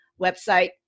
website